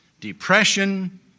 depression